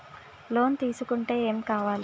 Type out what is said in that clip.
Loan తీసుకుంటే ఏం కావాలి?